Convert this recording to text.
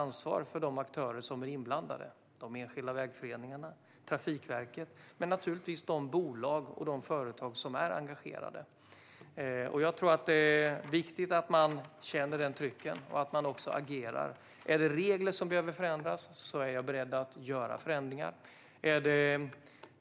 De inblandade aktörerna - de enskilda vägföreningarna, Trafikverket och naturligtvis de bolag och företag som är engagerade - har ett starkt ansvar. Det är viktigt att man känner det trycket och att man agerar. Ifall regler behöver förändras är jag beredd att göra förändringar. Och ifall